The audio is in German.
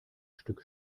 stück